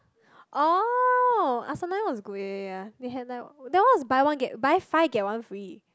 oh they had like that one was buy one buy five get one free